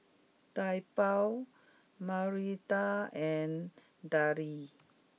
Taobao Mirinda and Darlie